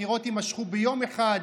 הבחירות יימשכו ביום אחד,